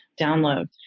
download